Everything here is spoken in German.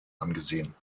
angesehen